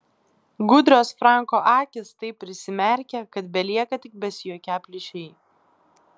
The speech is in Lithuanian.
gudrios franko akys taip prisimerkia kad belieka tik besijuokią plyšiai